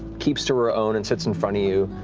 keeps to her own and sits in front of you,